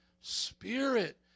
spirit